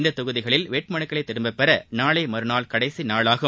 இத்தொகுதிகளில் வேட்புமனுக்களை திரும்பப்பெற நாளை மறுநாள் கடைசி நாளாகும்